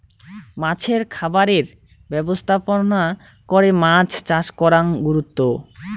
মাছের খামারের ব্যবস্থাপনা করে মাছ চাষ করাং গুরুত্ব